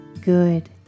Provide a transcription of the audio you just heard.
Good